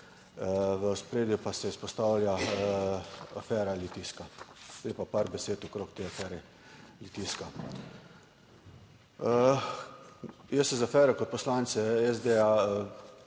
v ospredju pa se izpostavlja afera Litijska. Zdaj pa par besed okrog te afere Litijska. Jaz se z afero kot poslance SD